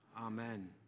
Amen